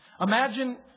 Imagine